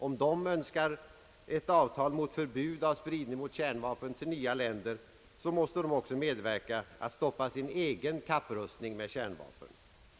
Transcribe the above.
Om de önskar ett avtal om förbud mot spridning av kärnvapen till nya länder, så måste de också medverka till att stoppa sin egen kapprustning med kärnvapen.